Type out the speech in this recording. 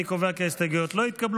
אני קובע כי גם ההסתייגויות לא התקבלו.